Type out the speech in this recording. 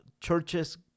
churches